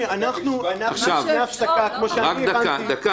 אפשר להכניס רק את ה-DNA